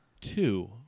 two